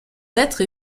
lettres